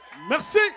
Merci